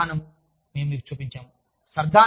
మరియు ఈ విధానం మేము మీకు చూపించాము